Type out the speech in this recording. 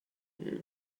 you